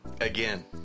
again